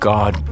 God